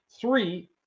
Three